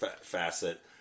facet